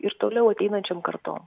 ir toliau ateinančiom kartom